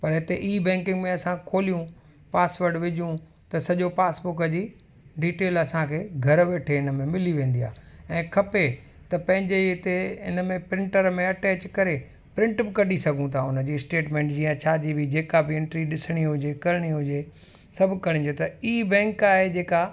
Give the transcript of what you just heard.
पर हिते e banking में असां खोलियूं पासवर्ड विझूं त सॼो पासबुक जी डिटेल असांखे घर वेठे हिन में मिली वेंदी आहे ऐं खपे त पंहिंजे ई इते इन में प्रिंटर में अटैच करे प्रिंट बि कढी सघूं था उन जी स्टेटमेंट जी या छा जी बी जेका बि एंट्री ॾिसिणी हुजे करिणी हुजे सभु करिजे त ई बैंक आहे जेका